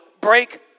break